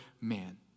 man